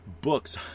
Books